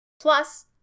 Plus